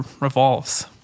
revolves